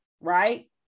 right